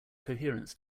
coherence